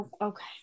Okay